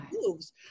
moves